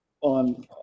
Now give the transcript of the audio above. on